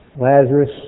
Lazarus